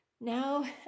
Now